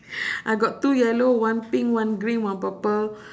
I got two yellow one pink one green one purple